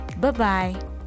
Bye-bye